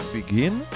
Begin